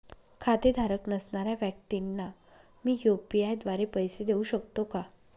खातेधारक नसणाऱ्या व्यक्तींना मी यू.पी.आय द्वारे पैसे देऊ शकतो का?